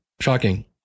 Shocking